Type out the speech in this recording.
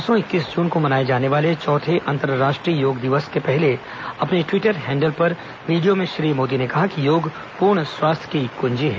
परसों इक्कीस जून को मनाए जाने वाले चौथे अंतर्राष्ट्रीय योग दिवस से पहले अपने ट्विटर हैंडिल पर वीडियो में श्री मोदी ने कहा कि योग पूर्ण स्वास्थ्य की कुंजी है